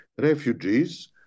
refugees